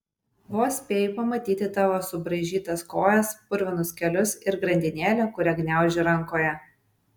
vos spėju pamatyti tavo subraižytas kojas purvinus kelius ir grandinėlę kurią gniauži rankoje